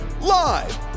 live